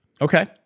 Okay